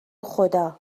خدا